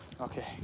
Okay